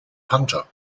panther